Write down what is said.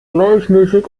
gleichmäßig